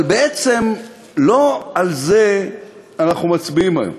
אבל בעצם לא על זה אנחנו מצביעים היום.